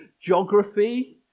geography